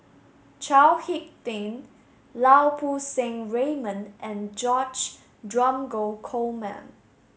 Chao Hick Tin Lau Poo Seng Raymond and George Dromgold Coleman